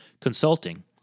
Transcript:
consulting